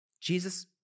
Jesus